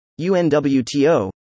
UNWTO